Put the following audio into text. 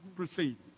proceed.